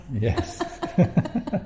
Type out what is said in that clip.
yes